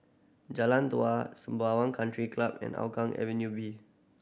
Jalan Dua Sembawang Country Club and Hougang Avenue B